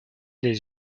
des